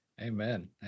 Amen